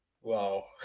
Wow